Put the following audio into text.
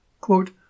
quote